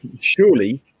Surely